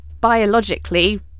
biologically